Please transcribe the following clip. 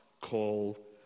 call